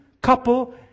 couple